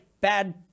bad